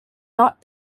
not